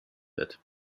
wird